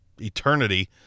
eternity